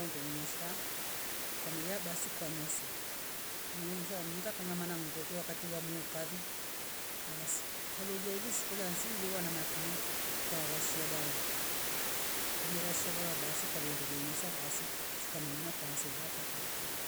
Wandu ngusha kwamia basi kwanyuosa kwaminyonza mninga nganamana ngoto wakati muukali basi kwa lolia iliz kula silie wana mafinyo kwa rashia dawa kwami rashia dawa ukavendele nyosa basi sika minanga kwa hanse hakwa kwakora kola